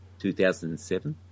2007